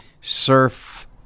Surf